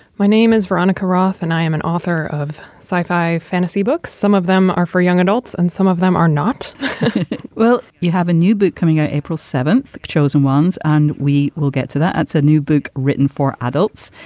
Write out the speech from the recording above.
my name is veronica roth and i am an author of sci fi fantasy books. some of them are for young adults and some of them are not well, you have a new book coming out, april seventh, chosen ones, and we will get to that. that's a new book written for adults.